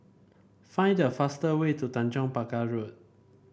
find the fastest way to Tanjong Pagar Road